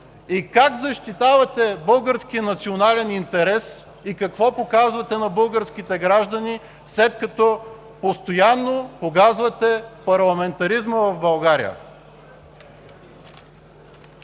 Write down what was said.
Как защитавате българския национален интерес и какво показвате на българските граждани, след като постоянно погазвате парламентаризма в България?